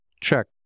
check